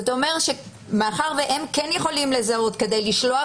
אתה אומר שאנחנו מתייחסים לזה שהם יכולים לזהות כדי לשלוח